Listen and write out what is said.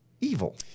evil